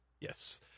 Yes